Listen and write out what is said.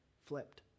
flipped